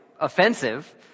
offensive